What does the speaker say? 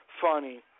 funny